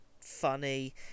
funny